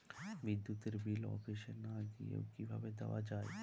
বিদ্যুতের বিল অফিসে না গিয়েও কিভাবে দেওয়া য়ায়?